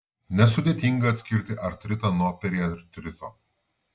nesudėtinga atskirti artritą nuo periartrito